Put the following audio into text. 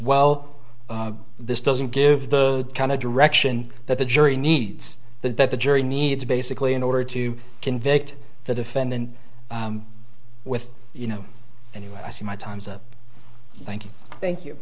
well this doesn't give the kind of direction that the jury needs that the jury needs basically in order to convict the defendant with you know any way i see my time's up thank you thank you